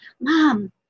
mom